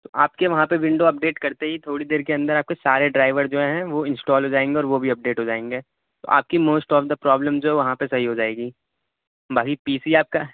تو آپ کے وہاں پہ ونڈو اپ ڈیٹ کرتے ہی تھوڑی دیر کے اندر آپ کے سارے ڈرائیور جو ہیں وہ انسٹال ہو جائیں گے اور وہ بھی اپ ڈیٹ ہو جائیں گے تو آپ کی موسٹ آف دا پرابلم جو ہے وہاں پہ صحیح ہو جائے گی باقی پی سی آپ کا